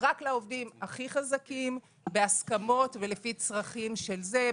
בהסכמות רק לעובדים הכי חזקים ולפי צרכים של זה,